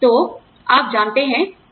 तो आप जानते हैं वह सब है